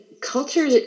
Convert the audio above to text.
culture